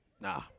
Nah